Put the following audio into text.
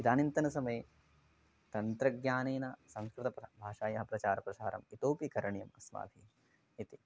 इदानींतनसमये तन्त्रज्ञानेन संस्कृतभाषायप्रचारप्रसारः इतोऽपि करणीयः अस्माभिः इति